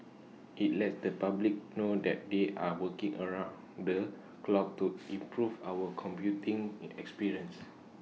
IT lets the public know that they are working around the clock to improve our commuting experience